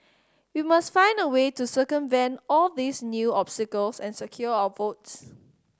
we must find a way to circumvent all these new obstacles and secure our votes